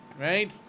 right